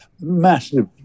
massive